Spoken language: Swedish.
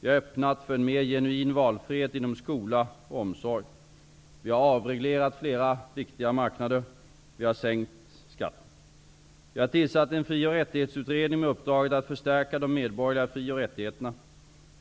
Vi har öppnat för en mer genuin valfrihet inom skola och omsorg. Vi har avreglerat flera viktiga marknader. Vi har sänkt skatten. Vi har tillsatt en fri och rättighetsutredning med uppdrag att förstärka de medborgerliga fri och rättigheterna.